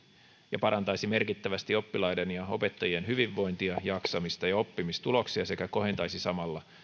ja parantaisi merkittävästi oppilaiden ja opettajien hyvinvointia jaksamista ja oppimistuloksia sekä kohentaisi samalla